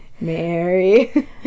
Mary